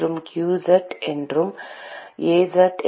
மற்றும் qz என்பது Az